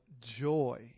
joy